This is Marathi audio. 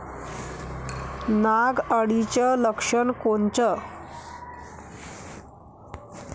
नाग अळीचं लक्षण कोनचं?